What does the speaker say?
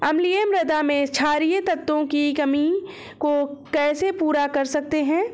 अम्लीय मृदा में क्षारीए तत्वों की कमी को कैसे पूरा कर सकते हैं?